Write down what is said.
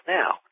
now